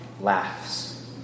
laughs